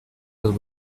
los